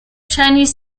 chinese